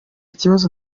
kibazo